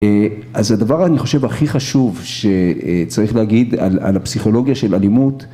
אז הדבר אני חושב הכי חשוב שצריך להגיד על הפסיכולוגיה של אלימות